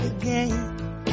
again